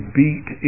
beat